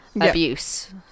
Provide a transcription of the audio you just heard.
abuse